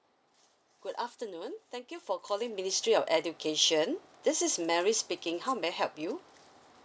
good afternoon thank you for calling ministry of education this is mary speaking how may I help you